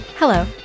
Hello